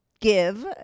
give